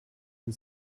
den